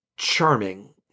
charming